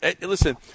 Listen